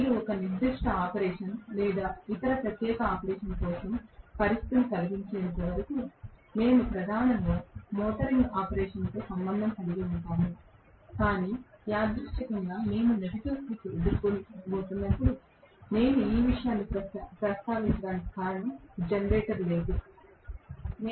మీరు ఒక నిర్దిష్ట ఆపరేషన్ లేదా ఇతర ప్రత్యేకమైన ఆపరేషన్ కోసం పరిస్థితిని కలిగించేంతవరకు మేము ప్రధానంగా మోటరింగ్ ఆపరేషన్తో సంబంధం కలిగి ఉంటాము కానీ యాదృచ్ఛికంగా మేము నెగటివ్ స్లిప్ను ఎదుర్కొన్నప్పుడు నేను ఈ విషయాన్ని ప్రస్తావించడానికి కారణం జనరేటర్ లేదు నేను జనరేటర్ గురించి మాట్లాడను